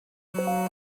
what